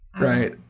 Right